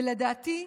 ולדעתי,